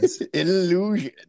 illusion